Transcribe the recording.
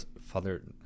father